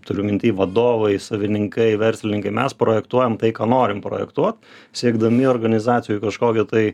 turiu minty vadovai savininkai verslininkai mes projektuojam tai ką norim projektuot siekdami organizacijoj kažkokio tai